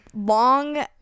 long